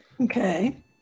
Okay